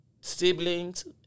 siblings